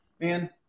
man